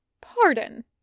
Pardon